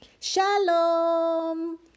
Shalom